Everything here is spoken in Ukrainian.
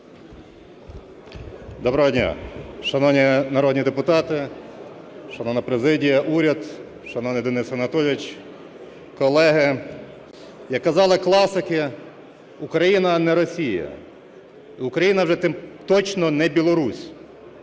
Доброго дня! Шановні народні депутати, шановна президія, уряд, шановний Денисе Анатолійовичу, колеги! Як казали класики, "Україна – не Росія". І Україна вже точно – не Білорусь.